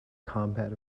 combat